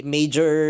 Major